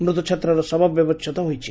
ମୃତ ଛାତ୍ରର ଶବ ବ୍ୟବଛେଦ ହୋଇଛି